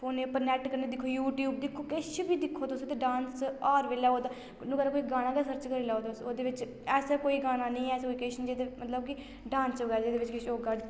फोनै उप्पर नैट कन्नै दिक्खो यूट्यूब दिक्खो केछ बी दिक्खो तुस ते डांस हर बेल्लै ओह्दा कोई गाना गै सर्च करी लैओ तुस ओह्दे बिच्च ऐसा कोई गाना नी ऐ मतलब कि डांस बगैरा जेह्दे बिच्च किश होगा